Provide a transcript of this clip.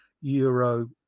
euro